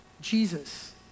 Jesus